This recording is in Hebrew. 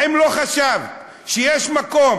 האם לא חשבת שיש מקום